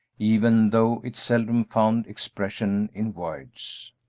even though it seldom found expression in words.